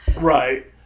Right